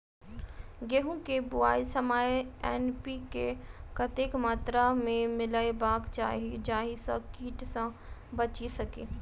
गेंहूँ केँ बुआई समय एन.पी.के कतेक मात्रा मे मिलायबाक चाहि जाहि सँ कीट सँ बचि सकी?